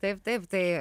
taip taip tai